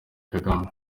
kagame